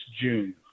June